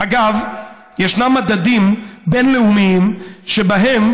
אגב, יש מדדים בין-לאומיים שבהם